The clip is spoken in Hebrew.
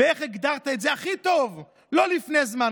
ואיך הגדרת את זה הכי טוב לא לפני זמן